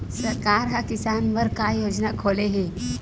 सरकार ह किसान बर का योजना खोले हे?